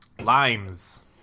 Limes